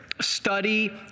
study